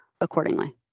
accordingly